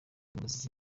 umuziki